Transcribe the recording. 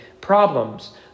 problems